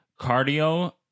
cardio